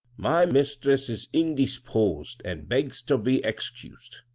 my mistress is indesposed an begs ter be ex cused